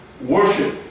Worship